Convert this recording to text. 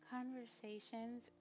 Conversations